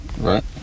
Right